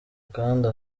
kandi